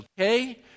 okay